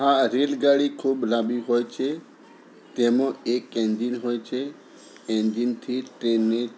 હા રેલગાડી ખૂબ લાંબી હોય છે તેમાં એક એન્જિન હોય છે એન્જિનથી ટ્રેનની